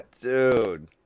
dude